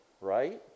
right